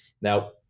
Now